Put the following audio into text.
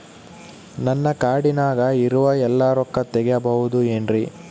ನನ್ನ ಕಾರ್ಡಿನಾಗ ಇರುವ ಎಲ್ಲಾ ರೊಕ್ಕ ತೆಗೆಯಬಹುದು ಏನ್ರಿ?